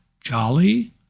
Jolly